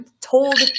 told